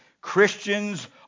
Christians